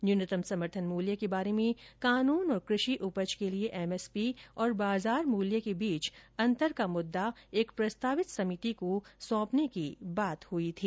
न्यूनतम समर्थन मूल्य के बारे में कानून और कृषि उपज के लिए एमएसपी और बाजार मूल्य के बीच अंतर का मुद्दा एक प्रस्तावित समिति को सौंपने की बात हुई थी